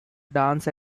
dance